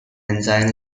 ensign